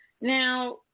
Now